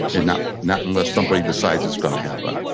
and not not unless somebody decides it's going to happen.